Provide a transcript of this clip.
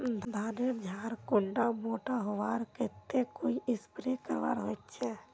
धानेर झार कुंडा मोटा होबार केते कोई स्प्रे करवा होचए?